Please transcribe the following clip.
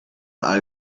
all